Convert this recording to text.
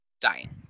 dying